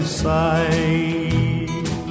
side